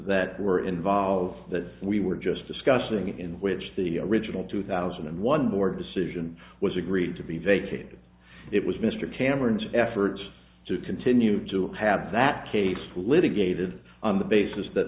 that were involved that we were just discussing in which the original two thousand and one board decision was agreed to be vacated it was mr cameron's efforts to continue to have that case litigated on the basis that